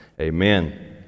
Amen